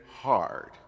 hard